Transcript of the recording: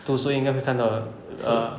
读书应该会看到的 err